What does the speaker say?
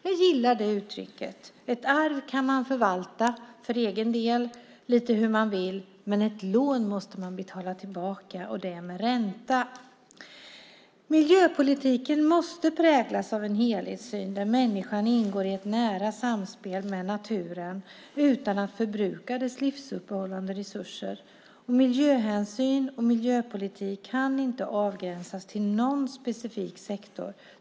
Jag gillar det uttrycket. Ett arv kan man förvalta för egen del lite hur man vill, men ett lån måste man betala tillbaka, och det med ränta. Miljöpolitiken måste präglas av en helhetssyn där människan ingår i ett nära samspel med naturen utan att förbruka dess livsuppehållande resurser. Miljöhänsyn och miljöpolitik kan inte avgränsas till någon specifik sektor.